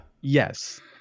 yes